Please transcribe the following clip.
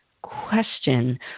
Question